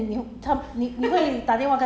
!huh! you you you mean